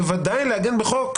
בוודאי לעגן בחוק,